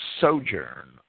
sojourn